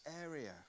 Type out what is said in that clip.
area